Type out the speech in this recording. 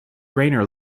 rayner